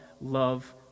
love